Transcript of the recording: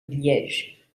liège